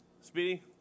Speedy